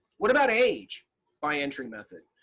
what about age by entry method?